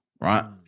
right